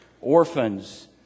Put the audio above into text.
orphans